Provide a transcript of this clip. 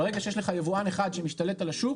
ברגע שיש לך יבואן אחד שמשתלט על השוק